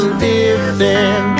living